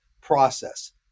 process